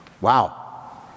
Wow